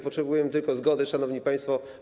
Potrzebujemy tylko zgody, szanowni państwo.